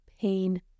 pain